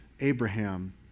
Abraham